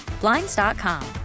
Blinds.com